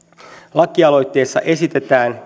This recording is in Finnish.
lakialoitteessa esitetään